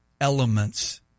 elements